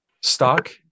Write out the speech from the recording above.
stock